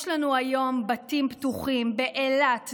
יש לנו היום בתים פתוחים באילת,